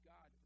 God